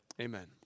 Amen